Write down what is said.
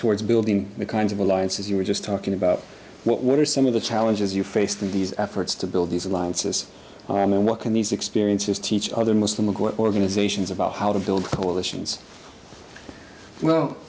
towards building the kinds of alliances you were just talking about what are some of the challenges you faced in these efforts to build these alliances and what can these experiences teach other muslim of organizations about how to build coalitions well